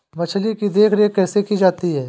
मछली की देखरेख कैसे की जाती है?